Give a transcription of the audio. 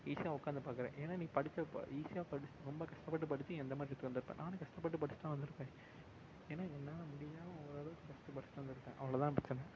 ஈஸியாக உக்காந்துப் பார்க்குற ஏன்னால் நீ படித்த ப ஈஸியாக படித்த ரொம்ப கஷ்டப்பட்டு படித்து நீ அந்த மாதிரி இடத்துக்கு வந்திருப்ப நானும் கஷ்டப்பட்டு படித்து தான் வந்திருப்பேன் ஏன்னால் என்னால் முடியல ஓரளவுக்கு கஷ்டப்பட்டு தான் வந்திருப்பேன் அவ்வளோ தான் பிரச்சனை